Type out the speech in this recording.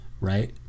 right